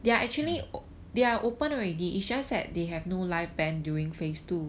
mm